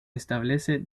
establece